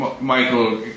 Michael